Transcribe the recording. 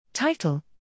Title